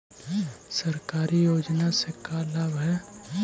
सरकारी योजना से का लाभ है?